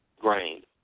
grain